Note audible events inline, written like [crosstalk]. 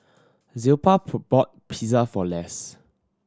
Zilpah [unintelligible] bought Pizza for Less